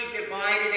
divided